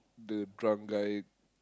the drunk guy